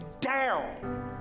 down